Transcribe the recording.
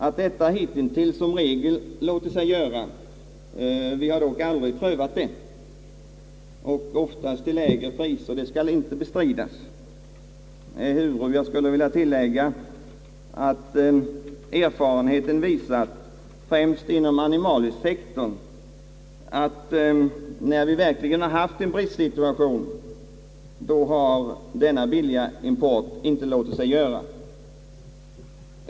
Att detta hitintills som regel låtit sig göra — vi har dock aldrig prövat det — och oftast till lägre priser, skall inte bestridas. Erfarenheten har dock visat, främst inom animaliesektorn, att när vi verkligen haft en bristsituation har denna billiga import inte låtit sig göra.